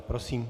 Prosím.